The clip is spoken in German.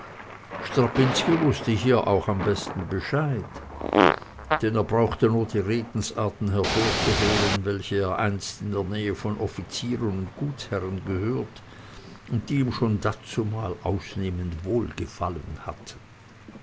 strapinski wußte hier auch am besten bescheid denn er brauchte nur die redensarten hervorzuholen welche er einst in der nähe von offizieren und gutsherren gehört und die ihm schon dazumal ausnehmend wohl gefallen hatten